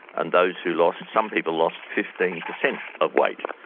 and those who lost some people lost fifteen percent of weight.